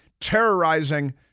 terrorizing